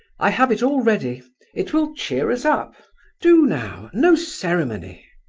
i have it all ready it will cheer us up do now no ceremony!